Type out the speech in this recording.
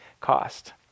cost